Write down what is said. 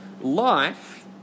life